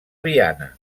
viana